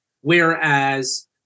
whereas